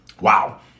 Wow